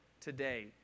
today